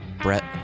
Brett